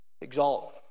exalt